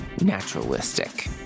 naturalistic